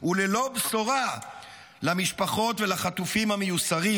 וללא בשורה למשפחות ולחטופים המיוסרים.